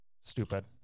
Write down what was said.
Stupid